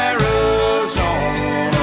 Arizona